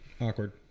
Awkward